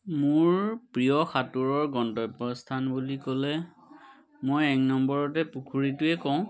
মোৰ প্ৰিয় সাঁতোৰৰ গন্তব্য স্থান বুলি ক'লে মই এক নম্বৰতে পুখুৰীটোৱে কওঁ